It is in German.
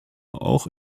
auch